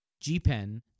G-Pen